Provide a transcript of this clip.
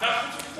ועדת חוץ וביטחון.